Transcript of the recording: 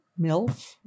MILF